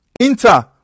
Inter